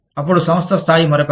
అప్పుడు సంస్థ స్థాయి మరొకటి